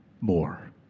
more